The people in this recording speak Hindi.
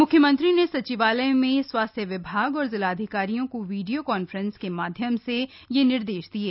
म्ख्यमंत्री ने सचिवालय में स्वास्थ्य विभाग और जिलाधिकारियों को वीडियो कांफ्रेंस के माध्यम से यह निर्देश दिये